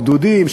גדודים,